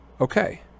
okay